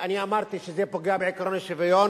אני אמרתי שזה פוגע בעקרון השוויון,